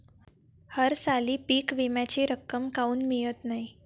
हरसाली पीक विम्याची रक्कम काऊन मियत नाई?